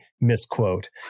misquote